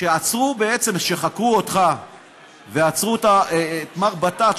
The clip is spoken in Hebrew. כשחקרו אותך ועצרו את מר בטאט,